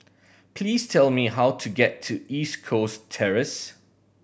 please tell me how to get to East Coast Terrace